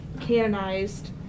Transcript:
canonized